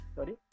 Sorry